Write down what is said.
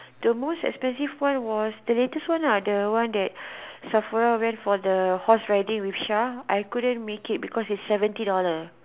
the most expensive one was the latest one lah the one that Sephora went for the house riding with Sha I couldn't make it because it's seventy dollar